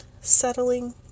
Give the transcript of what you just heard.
settling